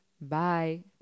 Bye